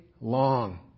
long